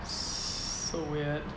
so weird